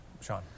Sean